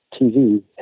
TV